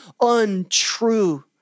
untrue